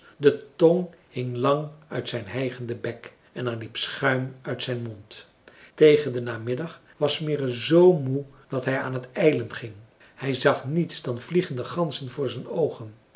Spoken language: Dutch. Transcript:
de tong hing lang uit zijn hijgenden bek en er liep schuim uit zijn mond tegen den namiddag was smirre z moe dat hij aan t ijlen ging hij zag niets dan vliegende ganzen voor zijn oogen